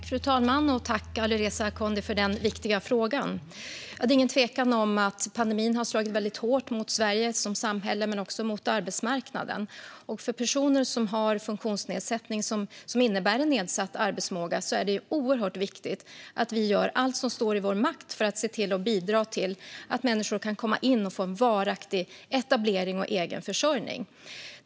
Fru talman! Jag tackar Alireza Akhondi för den viktiga frågan. Det råder inget tvivel om att pandemin har slagit hårt mot Sverige som samhälle och mot arbetsmarknaden. För personer med en funktionsnedsättning som innebär en nedsatt arbetsförmåga är det oerhört viktigt att vi gör allt som står i vår makt för att bidra till att de kan komma in på arbetsmarknaden, få en varaktig etablering och egen försörjning.